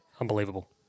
Unbelievable